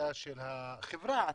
תפקידה של החברה עצמה,